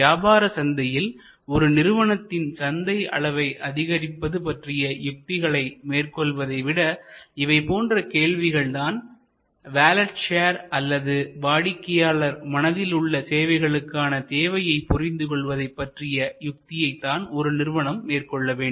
வியாபார சந்தையில் ஒரு நிறுவனத்தின் சந்தை அளவை அதிகரிப்பது பற்றிய யுத்திகளை மேற்கொள்வதை விட இவை போன்ற கேள்விகள் தான் வேலட் ஷேர் அல்லது வாடிக்கையாளர் மனதில் உள்ள சேவைகளுக்கான தேவையை புரிந்து கொள்வதைப்பற்றிய யுக்தியைதான் ஒரு நிறுவனம் மேற்கொள்ள வேண்டும்